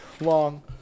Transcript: long